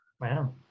Wow